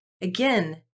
again